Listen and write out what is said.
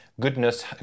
goodness